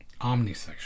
Omnisexual